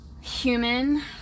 human